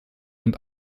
und